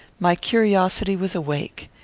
my curiosity was awake.